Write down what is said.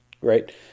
right